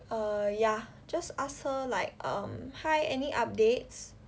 err ya just ask her like um hi any updates